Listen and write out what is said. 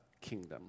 kingdom